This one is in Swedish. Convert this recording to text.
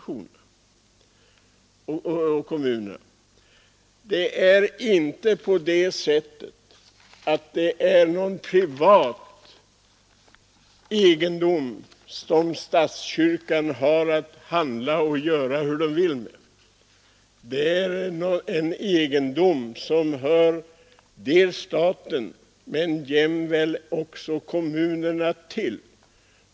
Det är inte någon privat egendom som statskyrkan kan göra hur den vill med — det är en egendom som hör staten men jämväl kommunerna till.